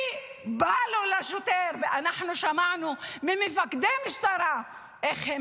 כי לשוטר בא ואנחנו שמענו ממפקדי משטרה איך הם